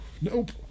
Nope